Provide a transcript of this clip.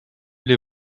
les